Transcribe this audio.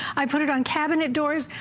i put it on cabinet doors,